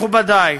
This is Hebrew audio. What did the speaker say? מכובדי,